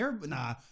nah